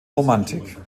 romantik